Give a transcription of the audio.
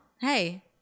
hey